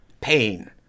pain